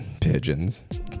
Pigeons